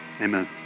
Amen